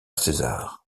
césar